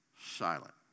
Silent